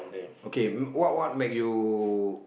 okay what what make you